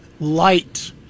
light